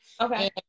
okay